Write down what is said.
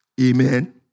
Amen